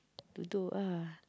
duduk ah